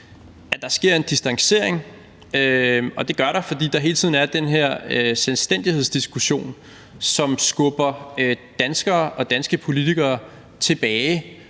at der sker en distancering, og det gør der, fordi der hele tiden er den her selvstændighedsdiskussion, som skubber danskere og danske politikere tilbage,